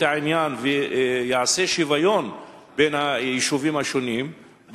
העניין ויעשה שוויון בין היישובים השונים,